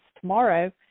tomorrow